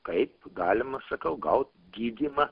kaip galima sakau gaut gydymą